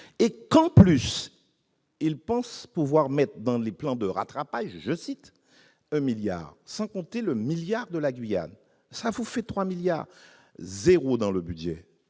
et qu'en plus ils pensent pouvoir mais dans les plans de rattrapage, je cite, un milliard, sans compter le milliard de la Guyane, ça vous fait 3 milliards 0 dans le budget,